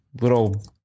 little